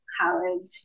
college